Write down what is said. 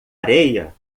areia